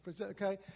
Okay